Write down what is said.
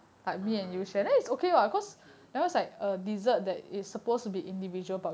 oh it's it's okay